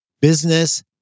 business